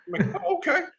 Okay